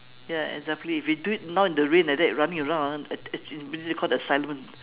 ya exactly we do it now in the rain like that running around ah you call the asylum